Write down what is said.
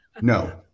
No